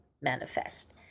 manifest